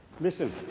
Listen